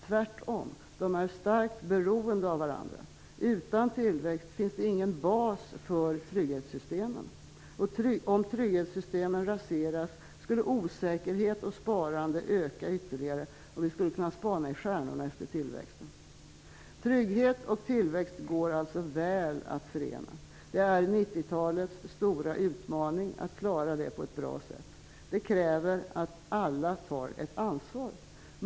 Tvärtom, de är starkt beroende av varandra. Utan tillväxt finns det ingen bas för trygghetssystemen. Om trygghetssystemen raseras ökar osäkerhet och sparande ytterligare, och vi kan spana i stjärnorna efter tillväxten. Trygghet och tillväxt går alltså väl att förena. Att klara det på ett bra sätt är 1990-talets stora utmaning. Det kräver att alla tar ett ansvar.